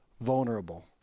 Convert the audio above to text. vulnerable